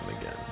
again